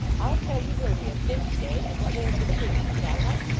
i'll tell you where we have been to-day, and what we have been doing shall i